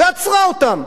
ועצרה אותם.